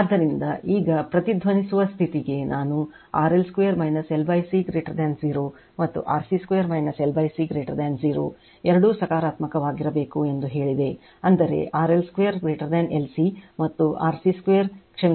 ಆದ್ದರಿಂದ ಈಗ ಪ್ರತಿಧ್ವನಿಸುವ ಸ್ಥಿತಿಗೆ ನಾನು RL2 L C 0 ಮತ್ತು RC2 L C 0 ಎರಡೂ ಸಕಾರಾತ್ಮಕವಾಗಿರಬೇಕು ಎಂದು ಹೇಳಿದೆ ಅಂದರೆ RL2 LC ಮತ್ತು RC2ಕ್ಷಮಿಸಿ L C ಮತ್ತು RC2 L C